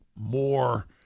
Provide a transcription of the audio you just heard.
more